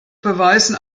beweisen